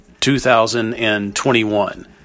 2021